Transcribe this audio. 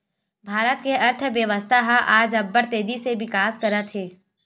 भारत के अर्थबेवस्था ह आज अब्बड़ तेजी ले बिकास करत हे